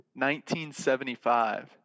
1975